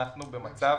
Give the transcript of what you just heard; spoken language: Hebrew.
אנחנו במצב